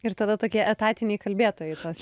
ir tada tokie etatiniai kalbėtojai tas